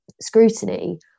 scrutiny